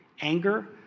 anger